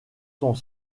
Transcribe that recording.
sont